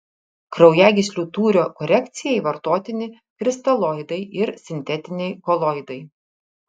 kraujagyslių tūrio korekcijai vartotini kristaloidai ir sintetiniai koloidai